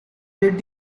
did